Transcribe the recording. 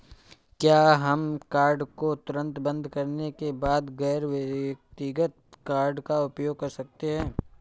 क्या हम कार्ड को तुरंत बंद करने के बाद गैर व्यक्तिगत कार्ड का उपयोग कर सकते हैं?